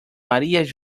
maría